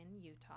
Utah